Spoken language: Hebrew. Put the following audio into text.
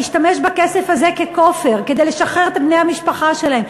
להשתמש בכסף הזה ככופר כדי לשחרר את בני-המשפחה שלהם.